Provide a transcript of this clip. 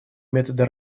методы